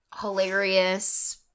hilarious